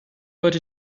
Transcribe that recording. but